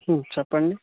చెప్పండి